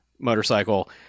motorcycle